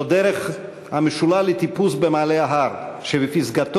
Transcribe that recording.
זו דרך המשולה לטיפוס במעלה ההר שבפסגתו,